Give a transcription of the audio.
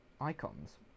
icons